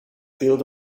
built